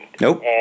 Nope